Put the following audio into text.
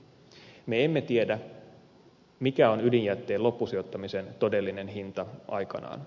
me emme tiedä mikä on ydinjätteen loppusijoittamisen todellinen hinta aikanaan